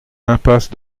impasse